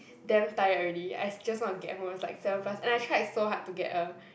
damn tired already I just want to get home it was like seven plus and I tried so hard to get a